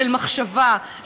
של מחשבה,